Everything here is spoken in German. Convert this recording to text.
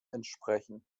entsprechen